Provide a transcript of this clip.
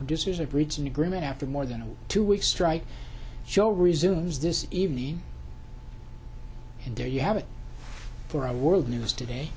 producers have reached an agreement after more than two weeks strike show resumes this evening and there you have it for our world news today